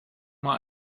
mal